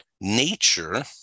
nature